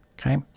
Okay